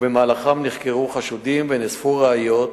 ובמהלכם נחקרו חשודים ונאספו ראיות,